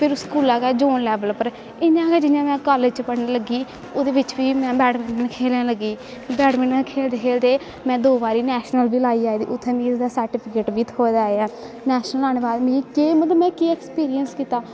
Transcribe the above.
फिर स्कूला दा गै जोन लैवल पर इयां गै जियां में कालेज़ च पढ़न लगी ओह्ॅदे बिच्च बी में बैड़मिंचन खेलन लगी बैड़मिंटन खेलदे खेलदे में दो बारी नैशनल बी लाई आई दी उत्थें बी ओह्दा सर्टिफिकेट बी थ्होए दा ऐ नैशनल लानैं बाद में मतलब में केह् अक्सपिरिंस कीता